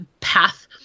path